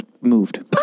moved